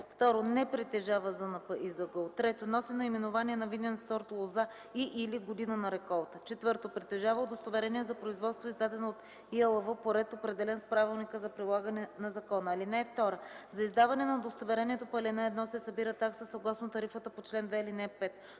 2. не притежава ЗНП и ЗГУ; 3. носи наименование на винен сорт лоза и/или година на реколта; 4. притежава удостоверение за производство, издадено от ИАЛВ по ред, определен с правилника за прилагане на закона. (2) За издаване на удостоверението по ал. 1 се събира такса, съгласно тарифата по чл. 2, ал. 5.